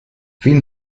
fin